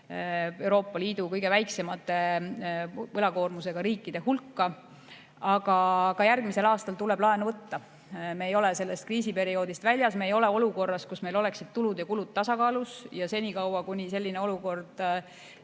Euroopa Liidu kõige väiksemate võlakoormusega riikide hulka. Aga ka järgmisel aastal tuleb laenu võtta. Me ei ole sellest kriisiperioodist väljas. Me ei ole olukorras, kus meil oleksid tulud ja kulud tasakaalus. Ja senikaua, kuni selline olukord